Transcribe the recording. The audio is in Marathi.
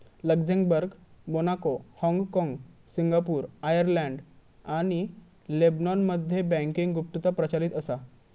लक्झेंबर्ग, मोनाको, हाँगकाँग, सिंगापूर, आर्यलंड आणि लेबनॉनमध्ये बँकिंग गुप्तता प्रचलित असा